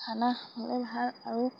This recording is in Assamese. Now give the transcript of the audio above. খানা খাবলে ভাল আৰু